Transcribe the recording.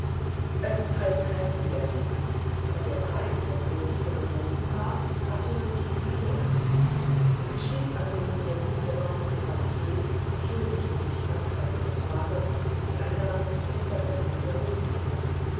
es half kein widerreden aber der preis der friederike geboten war hatte zuviel wert sie schrieb an den ihr lieb gewordenen bankier entschuldigte durch krankheit ihres vaters die einladung zum mittagsmahl widerrufen zu müssen